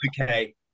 Okay